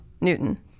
Newton